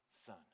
son